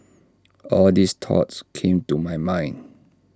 all these thoughts came to my mind